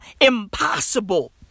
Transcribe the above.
impossible